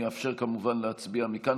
אני אאפשר כמובן להצביע מכאן.